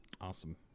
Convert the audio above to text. Awesome